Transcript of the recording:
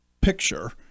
picture